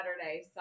Saturday